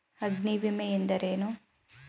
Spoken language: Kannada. ಅಗ್ನಿವಿಮೆ ಎಂದರೇನು?